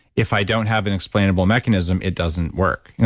if i don't have an explainable mechanism, it doesn't work.